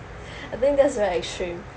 I think that's very extreme